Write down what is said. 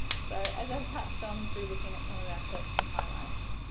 so as i've touched on through looking at some of our collection highlights,